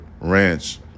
Ranch